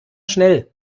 schnell